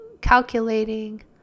calculating